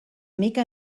mica